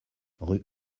rue